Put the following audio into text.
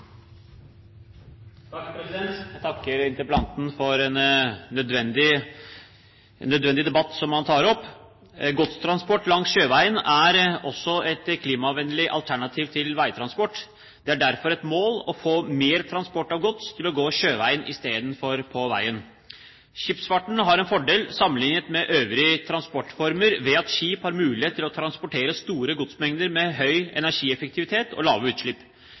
også et klimavennlig alternativ til veitransport. Det er derfor et mål å få mer transport av gods til å gå sjøveien istedenfor på veien. Skipsfarten har en fordel sammenliknet med øvrige transportformer ved at skip har mulighet til å transportere store godsmengder med høy energieffektivitet og lave utslipp.